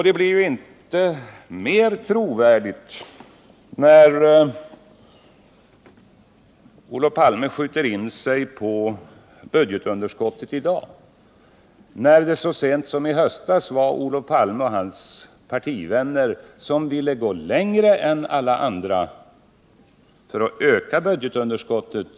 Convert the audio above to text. Det blir inte mer trovärdigt när Olof Palme i dag skjuter in sig på årets budgetunderskott, eftersom det så sent som i höstas var Olof Palme och hans partivänner som ville gå längre än alla andra för att öka budgetunderskottet.